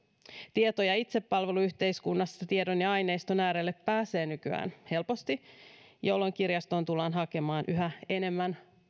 tieto ja itsepalveluyhteiskunnassa tiedon ja aineiston äärelle pääsee nykyään helposti jolloin kirjastoon tullaan hakemaan yhä enemmän